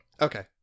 Okay